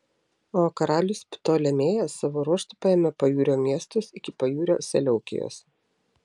o karalius ptolemėjas savo ruožtu paėmė pajūrio miestus iki pajūrio seleukijos